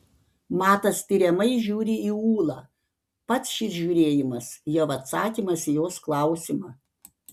matas tiriamai žiūri į ūlą pats šis žiūrėjimas jau atsakymas į jos klausimą